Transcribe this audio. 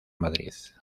madrid